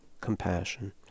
compassion